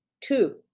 Two